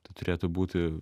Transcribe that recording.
tai turėtų būti